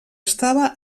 estava